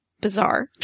bizarre